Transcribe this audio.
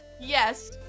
Yes